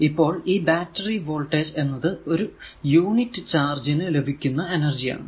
ഇപ്പോൾ ഈ battery voltage എന്നത് ഒരു യൂണിറ്റ് ചാർജ് നു ലഭിക്കുന്ന എനർജി ആണ്